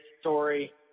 story